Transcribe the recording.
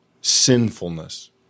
sinfulness